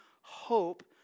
hope